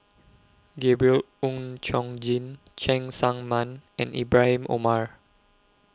Gabriel Oon Chong Jin Cheng Tsang Man and Ibrahim Omar